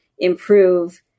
Improve